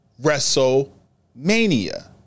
Wrestlemania